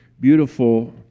beautiful